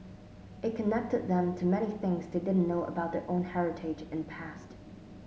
it connected them to many things they didn't know about their own heritage and past